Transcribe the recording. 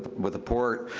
with the port,